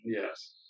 yes